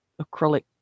acrylic